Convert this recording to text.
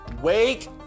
wake